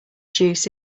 juice